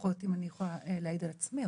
לפחות אם אני יכולה להעיד על עצמי,